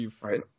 Right